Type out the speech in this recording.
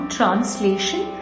Translation